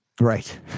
Right